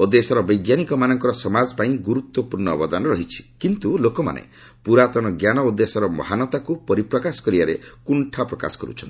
ଓ ଦେଶର ବୈଜ୍ଞାନିକମାନଙ୍କର ସମାଜପାଇଁ ଗୁରୁତ୍ୱପୂର୍ଣ୍ଣ ଅବଦାନ ରହିଛି କିନ୍ତୁ ଲୋକମାନେ ପୁରାତନ ଜ୍ଞାନ ଓ ଦେଶର ମହାନତାକୁ ପରିପ୍ରକାଶ କରିବାରେ କୁର୍ଷା ପ୍ରକାଶ କରୁଛନ୍ତି